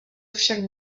však